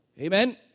Amen